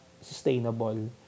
sustainable